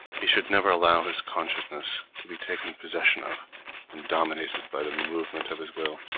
he should never allow his consciousness to be taken possession of and dominated by the movement of his will,